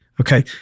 Okay